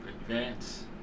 advance